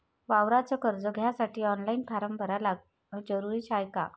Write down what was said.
वावराच कर्ज घ्यासाठी ऑनलाईन फारम भरन जरुरीच हाय का?